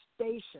station